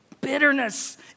Bitterness